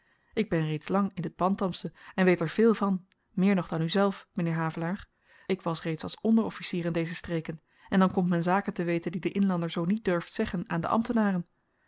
ik ben reeds lang in t bantamsche en weet er veel van meer nog dan uzelf m'nheer havelaar ik was reeds als onderofficier in deze streken en dan komt men zaken te weten die de inlander zoo niet durft zeggen aan de ambtenaren